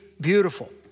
Beautiful